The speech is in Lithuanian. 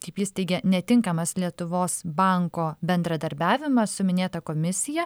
kaip jis teigia netinkamas lietuvos banko bendradarbiavimas su minėta komisija